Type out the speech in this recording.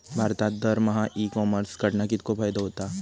भारतात दरमहा e commerce कडणा कितको फायदो होता?